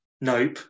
Nope